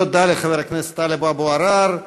תודה לחבר הכנסת טלב אבו עראר.